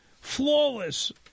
flawless